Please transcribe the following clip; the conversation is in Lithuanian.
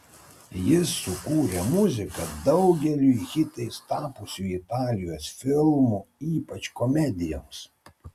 jis sukūrė muziką daugeliui hitais tapusių italijos filmų ypač komedijoms